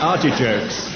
Artichokes